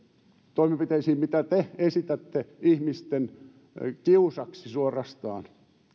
toimenpiteisiin mitä te esitätte ihmisten kiusaksi suorastaan